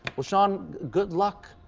well, sean, good luck.